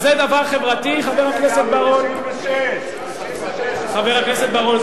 זה דבר חברתי, חבר הכנסת בר-און?